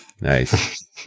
Nice